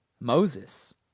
Moses